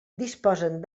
disposen